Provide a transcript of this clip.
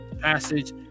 passage